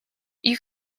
you